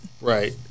Right